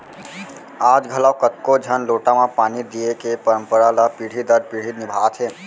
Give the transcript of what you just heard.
आज घलौक कतको झन लोटा म पानी दिये के परंपरा ल पीढ़ी दर पीढ़ी निभात हें